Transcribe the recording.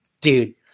dude